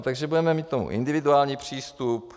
Takže budeme mít k tomu individuální přístup.